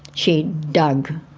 she dug.